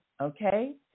okay